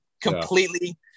completely